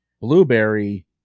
Blueberry